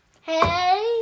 Hey